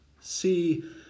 see